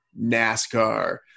NASCAR